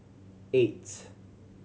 eight